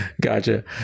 gotcha